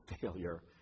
failure